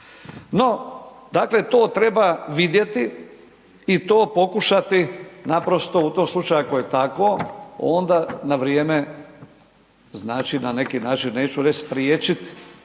No, dakle to treba vidjeti i to pokušati naprosto, u tom slučaju, ako je tako, onda na vrijeme znači na neki način, neću reći spriječiti,